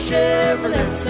Chevrolet